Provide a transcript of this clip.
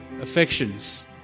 affections